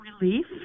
relief